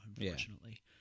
unfortunately